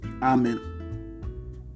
Amen